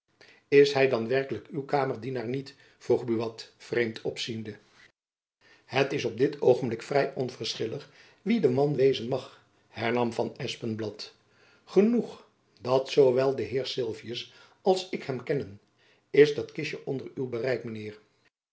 is hy dan werkelijk uw kamerdienaar niet vroeg buat vreemd opziende het is op dit oogenblik vrij onverschillig wie de man wezen mag hernam van espenblad genoeg dat zoo wel de heer sylvius als ik hem kennen is dat kistjen onder uw bereik